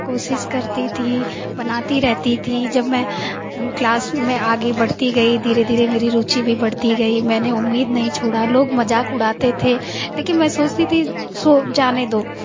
कोशिश करती थी बनाती रहती थी जब मैं क्लास मैं आगे बढ़ती गई धीरे धीरे मेरी रुचि भी बढ़ती गई मैंने उम्मीद नहीं छोड़ा लोग मज़ाक उड़ाते थे लेकिन मैं सोचती थी सो जाने दो